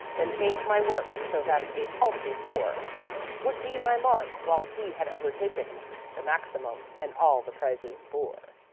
then change my work, so that a paltry four would be my mark, whilst he had overtaken the maximum and all the prizes bore.